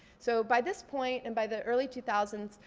so by this point, and by the early two thousand